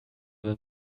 than